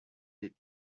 des